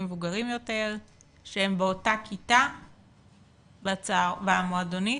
מבוגרים יותר שהם באותה כיתה במועדונית?